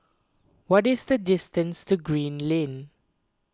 what is the distance to Green Lane